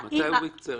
האם --- מתי הוא ביצע?